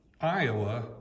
Iowa